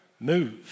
Move